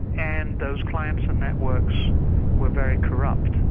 and those clients and networks were very corrupt.